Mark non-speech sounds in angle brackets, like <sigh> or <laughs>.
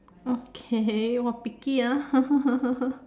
okay picky !wah! ah <laughs>